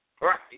right